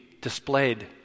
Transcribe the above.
displayed